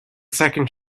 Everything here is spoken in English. second